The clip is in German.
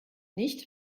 nicht